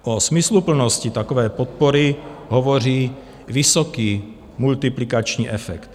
O smysluplnosti takové podpory hovoří vysoký multiplikační efekt.